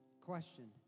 Question